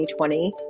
2020